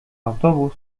autobus